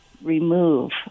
remove